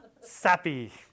sappy